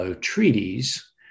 Treaties